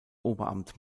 oberamt